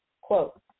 quote